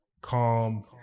calm